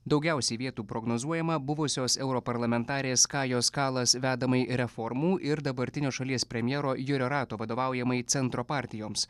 daugiausiai vietų prognozuojama buvusios europarlamentarės kajos kalas vedamų reformų ir dabartinio šalies premjero jurio rato vadovaujamai centro partijoms